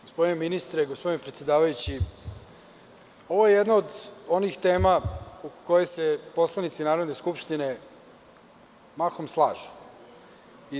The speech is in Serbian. Gospodine ministre, gospodine predsedavajući, ovo je jedna od onih tema u kojoj se poslanici Narodne skupštine mahom slažu.